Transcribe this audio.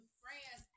friends